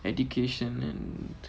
education and